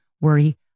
worry